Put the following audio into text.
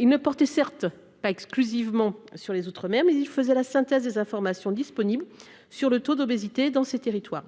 il ne portait certes pas exclusivement sur les outre-mer mais il faisait la synthèse des informations disponibles sur le taux d'obésité dans ces territoires,